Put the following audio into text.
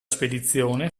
spedizione